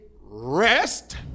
rest